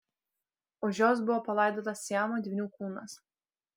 už jos buvo palaidotas siamo dvynių kūnas